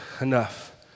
enough